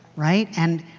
right? and,